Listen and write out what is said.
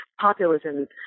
populism